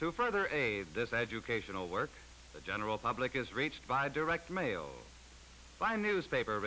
to further aid this educational work the general public is reached by direct mail via newspaper